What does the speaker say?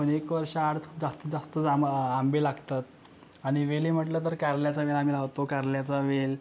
पण एक वर्षाआड जास्तीतजास्त जांभ आंबे लागतात आणि वेली म्हटलं तर कारल्याचा वेल आम्ही लावतो कारल्याचा वेल